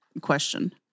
question